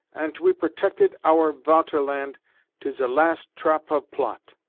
ant we protected our vaterland to ze last trop of plot.